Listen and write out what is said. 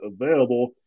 available